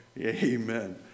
Amen